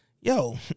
Yo